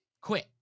quit